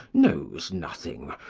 knows nothing,